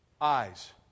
eyes